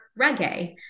reggae